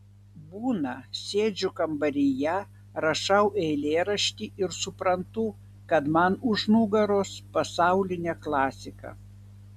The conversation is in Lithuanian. būna sėdžiu kambaryje rašau eilėraštį ir suprantu kad man už nugaros pasaulinė klasika